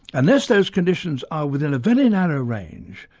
unless those conditions are within a very narrow range,